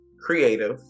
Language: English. Creative